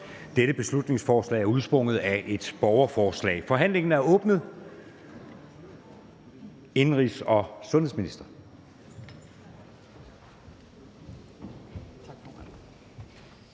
Dette beslutningsforslag er udsprunget af et borgerforslag. Forhandlingen er åbnet. Indenrigs- og sundhedsministeren.